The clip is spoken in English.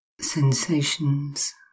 Sensations